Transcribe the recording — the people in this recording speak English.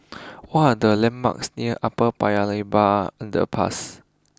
what are the landmarks near Upper Paya Lebar Underpass